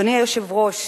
אדוני היושב-ראש,